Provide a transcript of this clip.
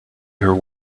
her